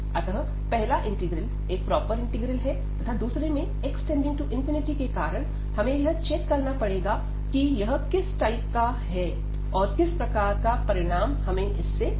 अतः पहला इंटीग्रल एक प्रॉपर इंटीग्रल है तथा दूसरे में x→∞ के कारण हमें यह चेक करना पड़ेगा कि यह किस टाइप का है और किस प्रकार का परिणाम हमें इससे मिलेगा